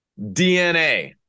DNA